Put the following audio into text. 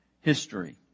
history